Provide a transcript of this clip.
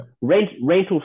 Rental